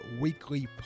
Weekly